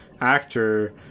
actor